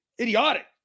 idiotic